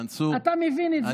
מנסור, אתה מבין את זה?